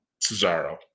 Cesaro